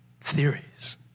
theories